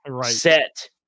set